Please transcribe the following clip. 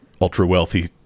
ultra-wealthy